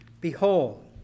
behold